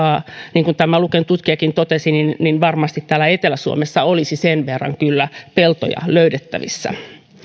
niin kuin tämä luken tutkijakin totesi niin niin varmasti täällä etelä suomessa olisi kyllä sen verran peltoja löydettävissä